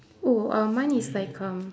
oh uh mine is like um